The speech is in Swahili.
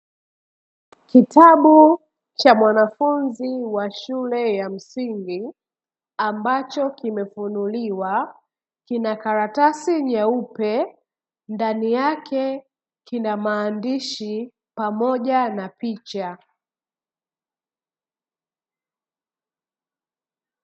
Kitabu cha mwanafunzi wa shule ya msingi ambacho kimefunuliwa kina karatasi nyeupe ndani yake kina maandishi pamoja na picha.